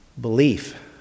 belief